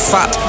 Fat